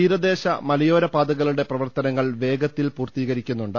തീരദേശ മലയോര പാ തകളുടെ പ്രവർത്തനങ്ങൾ വേഗത്തിൽ പൂർത്തീകരിക്കുന്നുണ്ട്